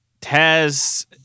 Taz